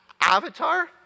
Avatar